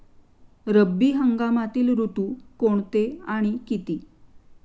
रब्बी हंगामातील ऋतू कोणते आणि किती?